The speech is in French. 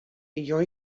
ayant